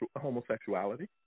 homosexuality